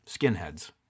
skinheads